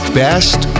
best